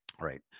right